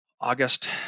August